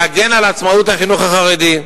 להגן על עצמאות החינוך החרדי,